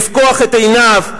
לפקוח את עיניו,